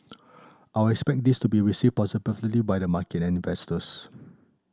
I'd expect this to be received by the market and investors